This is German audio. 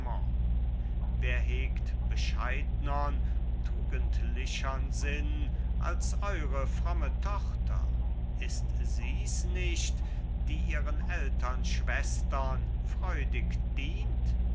wer hegt bescheidnern tugendlichern sinn als eure fromme tochter ist sies nicht die ihren ältern schwestern freudig dient